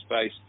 space